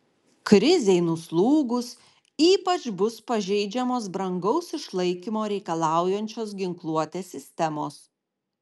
krizei nuslūgus ypač bus pažeidžiamos brangaus išlaikymo reikalaujančios ginkluotės sistemos